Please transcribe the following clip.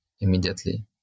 immediately